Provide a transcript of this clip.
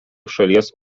šalies